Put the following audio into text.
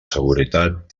seguretat